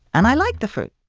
and i like the fruit